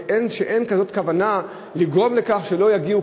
ושאין כוונה לגרום לכך שלא יגיעו,